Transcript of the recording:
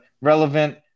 relevant